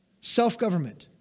Self-government